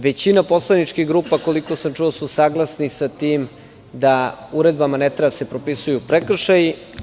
Većina poslaničkih grupa, koliko sam čuo, je saglasna sa tim da uredbama ne treba da se propisuju prekršaji.